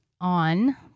on